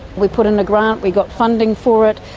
we put in a grant, we got funding for it,